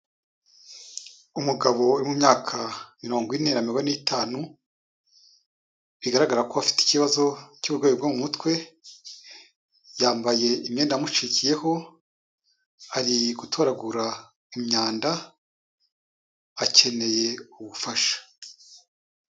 Umugabo uri mu myaka mirongo ine na mirongo ine n'itanu, bigaragara ko afite ikibazo cy'uburwayi bwo mu mutwe, yambaye imyenda yamucikiyeho, ari gutoragura imyanda, akeneye ubufasha.